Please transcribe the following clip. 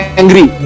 angry